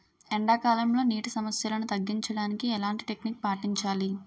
ఎండా కాలంలో, నీటి సమస్యలను తగ్గించడానికి ఎలాంటి టెక్నిక్ పాటించాలి?